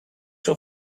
your